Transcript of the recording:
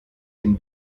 den